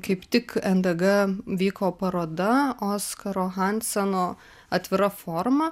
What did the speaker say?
kaip tik ndg vyko paroda oskaro hanseno atvira forma